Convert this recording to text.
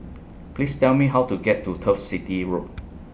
Please Tell Me How to get to Turf City Road